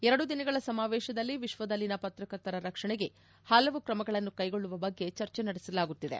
ಎರಡು ದಿನಗಳ ಸಮಾವೇಶದಲ್ಲಿ ವಿಶ್ವದಲ್ಲಿನ ಪತ್ರಕರ್ತರ ರಕ್ಷಣೆಗೆ ಹಲವು ಕ್ರಮಗಳನ್ನು ಕೈಗೊಳ್ಳುವ ಬಗ್ಗೆ ಚರ್ಚೆ ನಡೆಸಲಾಗುತ್ತಿದೆ